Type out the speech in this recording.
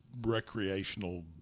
recreational